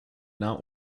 not